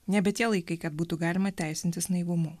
nebe tie laikai kad būtų galima teisintis naivumu